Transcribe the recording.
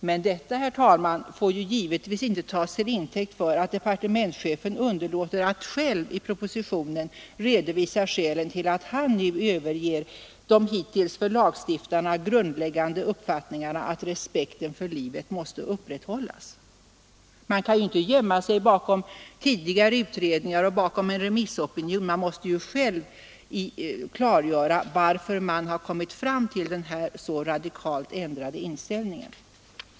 Men detta, herr talman, får givetvis inte tas till intäkt för att departementschefen underlåter att själv i propositionen redovisa skälen till att han nu överger den hittills för lagstiftarna grundläggande uppfattningen att respekten för livet måste upprätthållas. Man kan inte gömma sig bakom tidigare utredningar och bakom en remissopinion; man måste själv klargöra varför man har kommit fram till den här så radikalt ändrade inställningen.